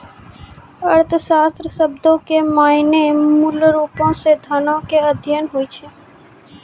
अर्थशास्त्र शब्दो के माने मूलरुपो से धनो के अध्ययन होय छै